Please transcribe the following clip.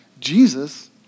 Jesus